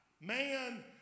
Man